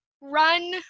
run